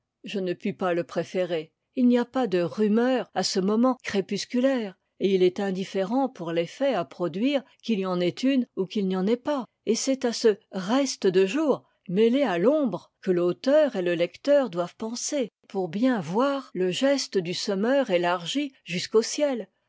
je ne puis pas le préférer il n'y a pas de rumeur à ce moment crépusculaire et il est indifférent pour l'effet à produire qu'il y en ait une ou qu'il n'y en ait pas et c'est à ce reste de jour mêlé à l'ombre que l'auteur et le lecteur doivent penser pour bien voir le geste du semeur élargi jusqu'au ciel